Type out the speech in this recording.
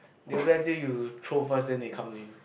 they went till you throw first then they come to you